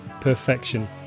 perfection